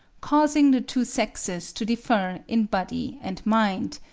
causing the two sexes to differ in body and mind,